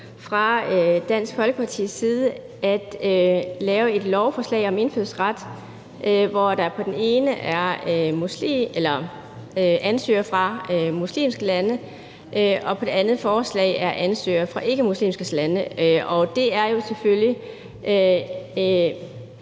fra Dansk Folkepartis side har foreslået at lave to lovforslag om indfødsret, hvor der på det ene er ansøgere fra muslimske lande og på det andet forslag er ansøgere fra ikkemuslimske lande. Og det er selvfølgelig